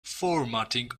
formatting